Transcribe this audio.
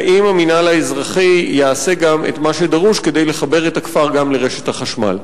האם המינהל האזרחי יעשה גם את מה שדרוש כדי לחבר את הכפר לרשת החשמל.